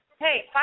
Hey